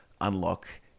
unlock